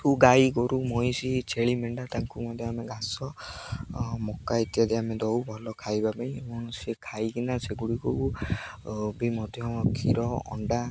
ଗାଈ ଗୋରୁ ମଇଁଷି ଛେଳି ମେଣ୍ଢା ତାଙ୍କୁ ମଧ୍ୟ ଆମେ ଘାସ ମକା ଇତ୍ୟାଦି ଆମେ ଦେଉ ଭଲ ଖାଇବା ପାଇଁ ଏବଂ ସେ ଖାଇକିନା ସେଗୁଡ଼ିକୁ ବି ମଧ୍ୟ କ୍ଷୀର ଅଣ୍ଡା